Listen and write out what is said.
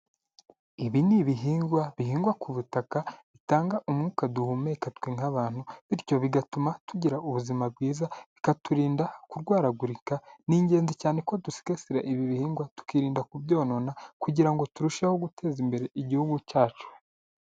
Ibi ni ibihingwa bihingwa ku butaka, bitanga umwuka duhumeka twe nk'abantu, bityo bigatuma tugira ubuzima bwiza, bikaturinda kurwaragurika, ni ingenzi cyane ko dusigasira ibi bihingwa, tukirinda kubyonona, kugira ngo turusheho guteza imbere igihugu cyacu.